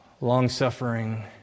long-suffering